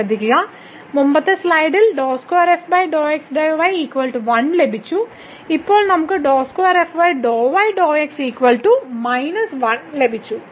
ശ്രദ്ധിക്കുക മുമ്പത്തെ സ്ലൈഡിൽ ലഭിച്ചു ഇപ്പോൾ നമ്മൾക്ക് ലഭിച്ചു